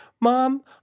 mom